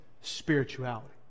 spirituality